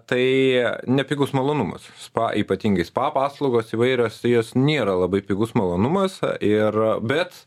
tai nepigus malonumas spa ypatingai spa paslaugos įvairios jos nėra labai pigus malonumas ir bet